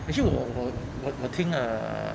actually 我我我听 uh